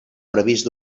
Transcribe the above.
previst